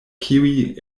kiuj